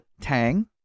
tang